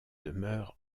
demeure